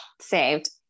Saved